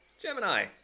gemini